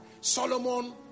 Solomon